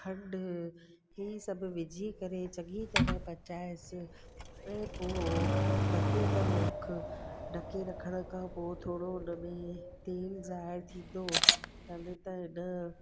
खंड ई सभु विझी करे चङी तरह पचाएसि हुनखे पोइ ढके करे रख ढके रखण खां पोइ थोरो हुन में तेल ज़ाहिर थींदो तॾहिं त हिन